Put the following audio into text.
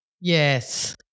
Yes